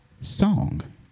song